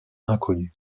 inconnue